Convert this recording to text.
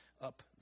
up